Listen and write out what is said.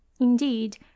Indeed